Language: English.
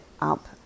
up